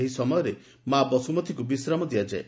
ଏହି ସମୟରେ ମା ବସୁମତୀକୁ ବିଶ୍ରାମ ଦିଆଯାଏ